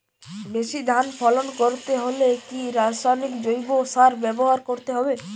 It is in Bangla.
বেশি ধান ফলন করতে হলে কি রাসায়নিক জৈব সার ব্যবহার করতে হবে?